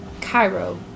Cairo